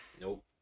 Nope